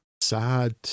sad